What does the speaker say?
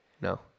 No